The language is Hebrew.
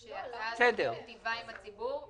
שיהיה להם כסף שיוכלו להשתמש בו.